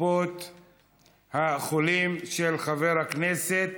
קופות החולים, של חבר הכנסת